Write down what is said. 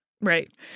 right